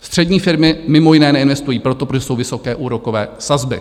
Střední firmy mimo jiné neinvestují, protože jsou vysoké úrokové sazby.